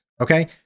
okay